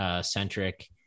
centric